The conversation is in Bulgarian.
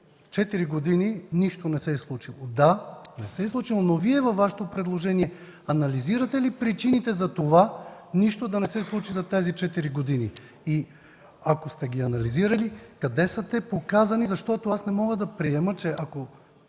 години нищо не се е случило. Да, не се е случило, но Вие във Вашето предложение анализирате ли причините за това нищо да не се случи за тези четири години? Ако сте ги анализирали, къде са показани те, защото аз не мога да приема, че